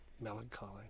melancholy